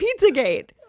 Pizzagate